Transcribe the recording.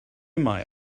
mae